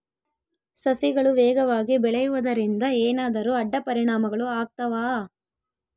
ಸಸಿಗಳು ವೇಗವಾಗಿ ಬೆಳೆಯುವದರಿಂದ ಏನಾದರೂ ಅಡ್ಡ ಪರಿಣಾಮಗಳು ಆಗ್ತವಾ?